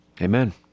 Amen